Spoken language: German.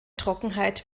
trockenheit